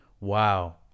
wow